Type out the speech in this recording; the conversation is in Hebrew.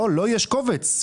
לו יש קובץ.